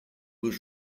was